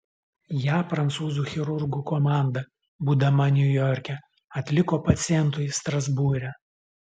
ją prancūzų chirurgų komanda būdama niujorke atliko pacientui strasbūre